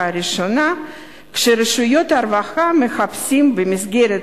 ראשונה כשרשויות הרווחה מחפשות מסגרת